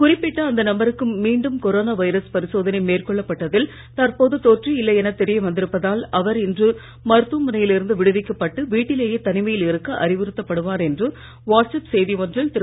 குறிப்பிட்ட அந்த நபருக்கு மீண்டும் கொரோனா வைரஸ் பரிசோதனை மேற்கொள்ள பட்டதில் தற்போது தொற்று இல்லை என தெரிய வந்திருப்பதால் அவர் இன்று மருத்துவமனையில் இருந்து விடுவிக்கப்பட்டு வீட்டிலேயே தனிமையில் இருக்க அறிவுறுத்தப் படுவார் என்று வாட்ஸ்அப் செய்தி ஒன்றில் திரு